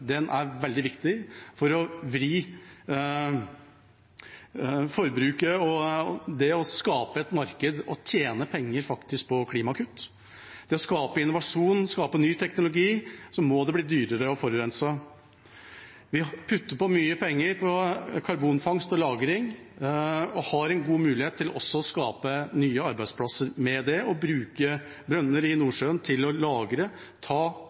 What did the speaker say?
Den er veldig viktig for å vri forbruket. For å skape et marked og tjene penger på klimakutt, skape innovasjon, skape ny teknologi, må det bli dyrere å forurense. Vi putter på mye penger i karbonfangst og -lagring og har en god mulighet til også å skape nye arbeidsplasser av det og bruke brønner i Nordsjøen til å lagre og ta